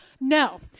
No